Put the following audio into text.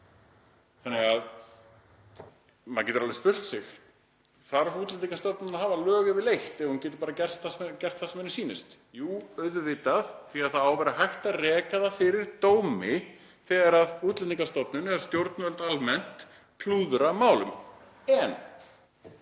Þannig að maður getur alveg spurt sig: Þarf Útlendingastofnun að hafa lög yfirleitt ef hún getur bara gert það sem henni sýnist? Jú, auðvitað, því að það á að vera hægt að rekja það fyrir dómi þegar Útlendingastofnun eða stjórnvöld almennt klúðra málum. En